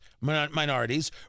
minorities